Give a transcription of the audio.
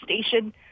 station